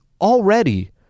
already